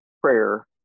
prayer